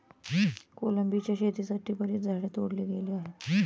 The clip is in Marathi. कोलंबीच्या शेतीसाठी बरीच झाडे तोडली गेली होती